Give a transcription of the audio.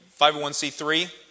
501c3